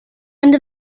end